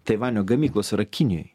taivanio gamyklos yra kinijoj